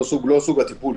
לא סוג הטיפול.